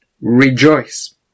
Rejoice